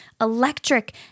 electric